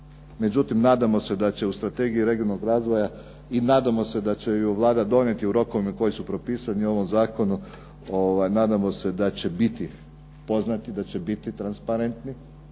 Međutim, da će u Strategiji regionalnog razvoja i nadamo se da će je Vlada donijeti u rokovima koji su propisani u ovom Zakonu nadamo se da će biti poznati, da će biti transparentni,